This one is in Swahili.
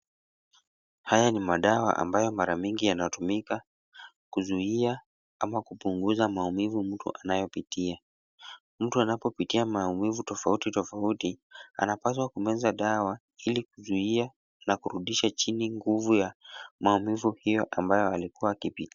Haya ni madawa ambayo mara mingi yanatumika kuzuia ama kupunguza maumivu mtu anayopitia. Mtu anapopitia maumivu tofauti tofauti, anapaswa kumeza dawa ili kuzuia na kurudisha chini nguvu ya maumivu hiyo ambayo alikuwa akipitia.